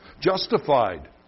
justified